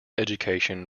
education